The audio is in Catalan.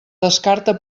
descarta